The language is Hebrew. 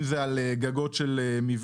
אם זה על גגות של מבנים,